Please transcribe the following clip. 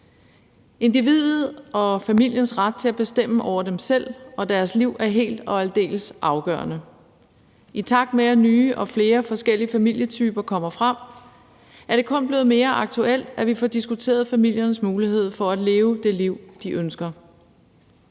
Individet og familiens ret til at bestemme over sig selv og deres liv er helt og aldeles afgørende. I takt med at nye og flere forskellige familietyper kommer frem, er det kun blevet mere aktuelt, at vi får diskuteret familiernes mulighed for at leve det liv, de ønsker.